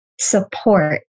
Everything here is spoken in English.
support